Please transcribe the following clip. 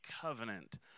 covenant